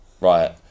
Right